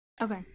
Okay